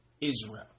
Israel